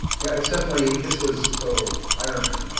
yeah, it's definitely, this was total irony.